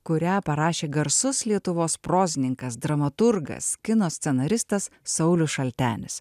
kurią parašė garsus lietuvos prozininkas dramaturgas kino scenaristas saulius šaltenis